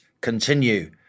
continue